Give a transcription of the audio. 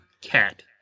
cat